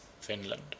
Finland